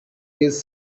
these